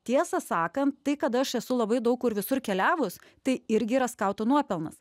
tiesą sakant tai kad aš esu labai daug kur visur keliavus tai irgi yra skautų nuopelnas